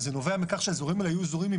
זה נובע מכך שהאזורים האלה היו אזורים עם